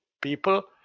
people